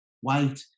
white